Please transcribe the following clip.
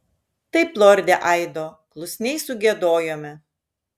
taip lorde aido klusniai sugiedojome